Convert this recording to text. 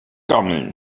gammeln